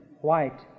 white